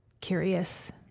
curious